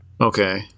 Okay